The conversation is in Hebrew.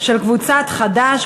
של קבוצת חד"ש,